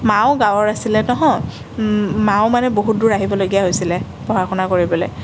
মাও গাঁৱৰ আছিলে নহয় মাও মানে বহুত দূৰ আহিবলগীয়া হৈছিলে পঢ়া শুনা কৰিবলৈ